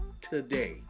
today